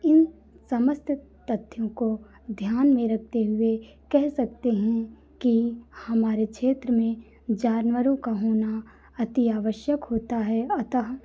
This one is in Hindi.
इन समस्त तथ्यों को ध्यान में रखते हुए कह सकते हैं कि हमारे क्षेत्र में जानवरों का होना अति आवश्यक होता है अतः